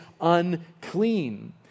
unclean